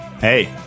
Hey